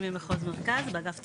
אני במחוז מרכז באגף תכנון.